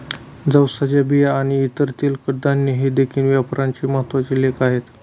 जवसाच्या बिया आणि इतर तेलकट धान्ये हे देखील व्यापाराचे महत्त्वाचे लेख आहेत